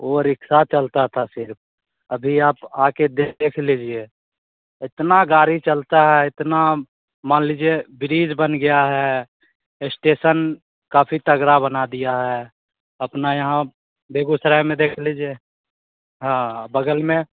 वो रिक्शा चलता था सिर्फ अभी आप आकर देख देख लीजिए इतना गाड़ी चलता है इतना मान लीजिए ब्रिज बन गया है इस्टेशन काफी तगड़ा बना दिया है अपना यहाँ बेगूसराय में देख लीजिए हाँ बगल में